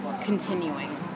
continuing